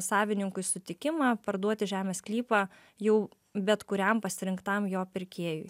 savininkui sutikimą parduoti žemės sklypą jau bet kuriam pasirinktam jo pirkėjui